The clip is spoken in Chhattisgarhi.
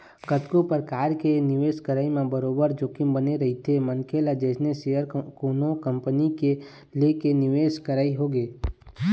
कतको परकार के निवेश करई म बरोबर जोखिम बने रहिथे मनखे ल जइसे सेयर कोनो कंपनी के लेके निवेश करई होगे